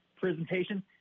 presentation